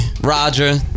Roger